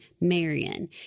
Marion